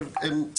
שנעשו לפני תקופה,